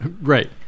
Right